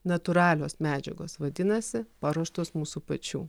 natūralios medžiagos vadinasi paruoštos mūsų pačių